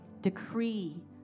decree